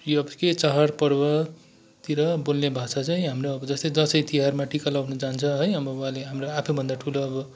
यो अब के चाडपर्वतिर बोल्ने भाषा चाहिँ हाम्रो अब जस्तै दसैँ तिहारमा टिका लाउनु जान्छ है अब उहाँले आफूभन्दा ठुलो अब